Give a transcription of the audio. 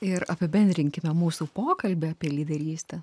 ir apibendrinkime mūsų pokalbį apie lyderystę